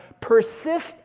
persist